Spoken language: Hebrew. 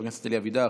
חבר הכנסת אלי אבידר,